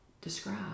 describe